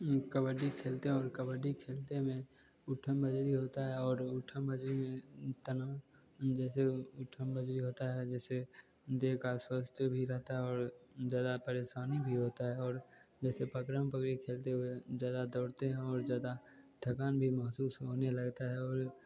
ये कबड्डी खेलते हैं और कबड्डी खेलते हुए उठ मरोड़ी होता है और उठ मरोड़ी तन जैसे उठ मोली होता है जैसे देह का स्वस्थ ही रहता है और ज्यादा परेशानी भी होता है जैसे पकड़न पकड़ी खेलते हुए ज्यादा दौड़ते हैं और ज्यादा थकान भी महसूस होने लगता है और